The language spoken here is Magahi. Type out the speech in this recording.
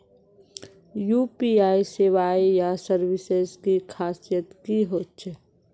यु.पी.आई सेवाएँ या सर्विसेज की खासियत की होचे?